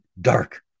dark